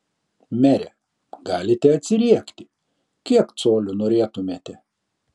mere galite atsiriekti kiek colių norėtumėte